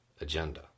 agenda